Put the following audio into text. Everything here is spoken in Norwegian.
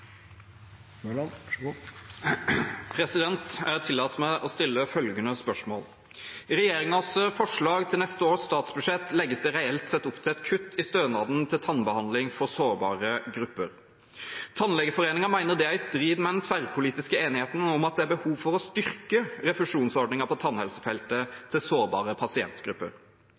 neste års statsbudsjett legges det reelt sett opp til et kutt i stønaden til tannbehandling for svake grupper. Tannlegeforeningen mener det er «i strid med den tverrpolitiske enigheten om at det er behov for å styrke refusjonsordningen på tannhelsefeltet til sårbare pasientgrupper».